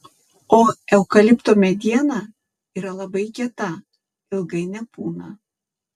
o eukalipto mediena yra labai kieta ilgai nepūna